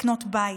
לקנות בית,